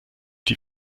die